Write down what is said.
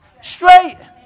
straight